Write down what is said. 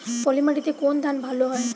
পলিমাটিতে কোন ধান ভালো হয়?